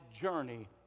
journey